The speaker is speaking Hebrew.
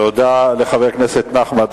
תודה לחבר הכנסת נחמן שי.